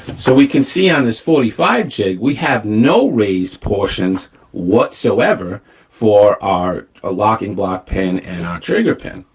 so we can see on this forty five jig, we have no raised portions whatsoever for our ah locking block pin and our trigger pin.